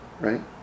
Right